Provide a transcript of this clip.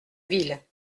ville